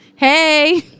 Hey